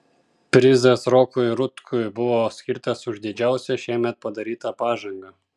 prizas rokui rutkui buvo skirtas už didžiausią šiemet padarytą pažangą